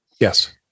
Yes